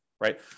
right